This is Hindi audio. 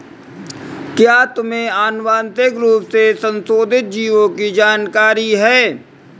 क्या तुम्हें आनुवंशिक रूप से संशोधित जीवों की जानकारी है?